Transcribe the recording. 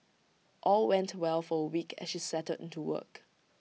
all went well for A week as she settled into work